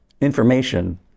information